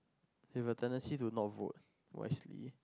they have a tendency to not vote wisely